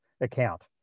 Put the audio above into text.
account